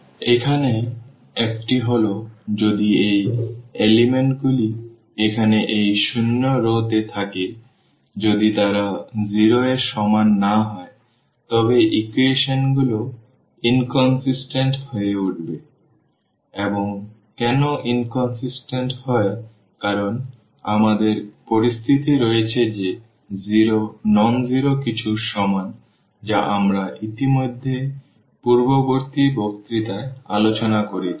এখানে একটি হল যদি এই উপাদানগুলি এখানে এই শূন্য রওতে থাকে যদি তারা 0 এর সমান না হয় তবে ইকুয়েশনগুলো অসামঞ্জস্যপূর্ণ হয়ে ওঠে এবং কেন অসামঞ্জস্যপূর্ণ হয় কারণ আমাদের পরিস্থিতি রয়েছে যে 0 অ শূন্য কিছুর সমান যা আমরা ইতিমধ্যে পূর্ববর্তী বক্তৃতায় আলোচনা করেছি